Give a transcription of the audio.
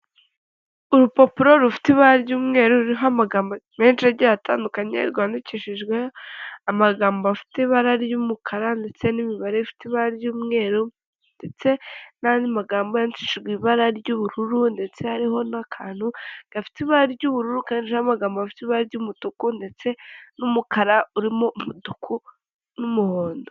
Urupapuro rufite ibara ry'umweu ruriho amagambo menshi agiye atandukanye, rwandikishijwe amagambo afite ibara ry'umukara ndetse n'imibare ifite ibara ry'umweru ndetse n'andi magambo yandikishijwe ibara ry'ubururu ndetse hariho n'akantu gafite ibara ry'ubururu kariho amagambo aho ibara ry'umutuku ndetse n'umukara urimo umutuku n'umuhondo.